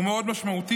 הוא מאוד משמעותי.